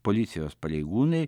policijos pareigūnai